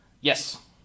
Yes